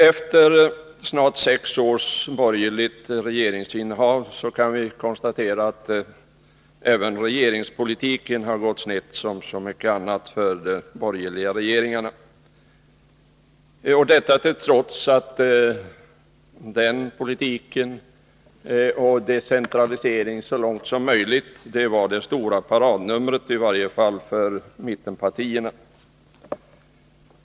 Efter snart sex års borgerligt regeringsinnehav kan konstateras att även regionalpolitiken gått snett för den borgerliga regeringen — trots att den politiken och ”decentralisering så långt möjligt” var det stora paradnumret, i varje fall för mittenpartierna.